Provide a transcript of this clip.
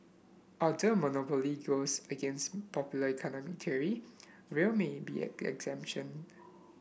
although a monopoly goes against popular economic theory rail may be an exception